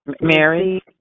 Mary